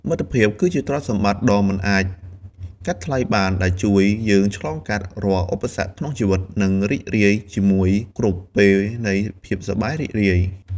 មិត្តភាពគឺជាទ្រព្យសម្បត្តិដ៏មិនអាចកាត់ថ្លៃបានដែលជួយយើងឆ្លងកាត់រាល់ឧបសគ្គក្នុងជីវិត និងរីករាយជាមួយគ្រប់ពេលនៃភាពសប្បាយរីករាយ។